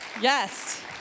Yes